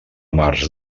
març